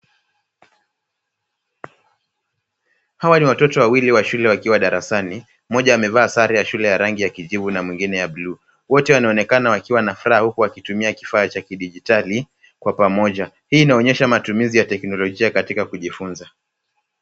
Hawa ni watoto wawili wa shule wakiwa darasani, mmoja amevaa sare ya shule ya rangi ya kijivu na mwingine ya buluu. Wote wanaonekana wakiwa na furaha kuku wakitumia kifaa cha kidijitali kwa pamoja. Hii inaonyesha matumizi ya teknolojia katika kujifunza.